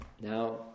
Now